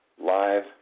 Live